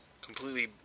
completely